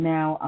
Now